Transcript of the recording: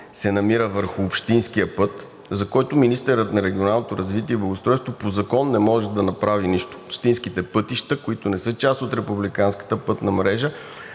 се намира върху общинския път, за който министърът на регионалното развитие и благоустройството по Закон не може да направи нищо. Общинските пътища, които не са част от републиканската пътна мрежа,